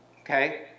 okay